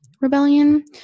Rebellion